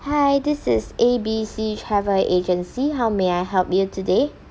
hi this is A B C travel agency how may I help you today